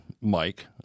Mike